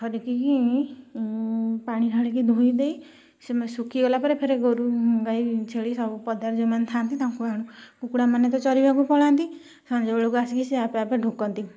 ଖରିକିକି ପାଣି ଢାଳିକି ଧୋଇଦିଏ ଶୁଖିଗଲା ପରେ ଫେରେ ଗୋରୁ ଗାଈ ଛେଳି ସବୁ ପଦାରେ ଯେଉଁମାନେ ଥାଆନ୍ତି ତାଙ୍କୁ ଆଣୁ କୁକୁଡ଼ାମାନେ ତ ଚରିବାକୁ ପଳାନ୍ତି ସଞ୍ଜବେଳକୁ ଆସି ସେ ଆପେ ଆପେ ଢୁକାନ୍ତି